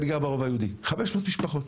תפקידה ליישם את החוק.